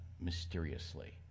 mysteriously